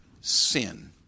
sin